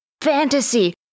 fantasy